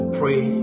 pray